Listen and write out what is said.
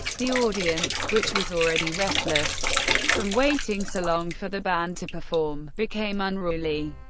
the audience, which was already restless from waiting so long for the band to perform, became unruly.